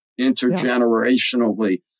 intergenerationally